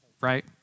right